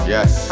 Yes